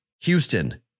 Houston